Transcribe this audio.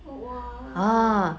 !wah!